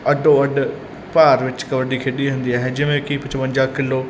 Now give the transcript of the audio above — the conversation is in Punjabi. ਅੱਡੋ ਅੱਡ ਭਾਰ ਵਿੱਚ ਕਬੱਡੀ ਖੇਡੀ ਜਾਂਦੀ ਹੈ ਜਿਵੇਂ ਕਿ ਪਚਵੰਜਾ ਕਿਲੋ